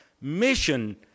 mission